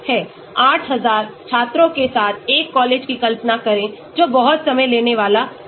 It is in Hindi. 8000 छात्रों के साथ एक कॉलेज की कल्पना करें जो बहुत समय लेने वाला होगा